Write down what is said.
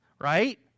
right